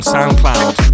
SoundCloud